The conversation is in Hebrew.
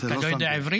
אתה לא יודע עברית?